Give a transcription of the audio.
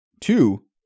Two